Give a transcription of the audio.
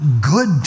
good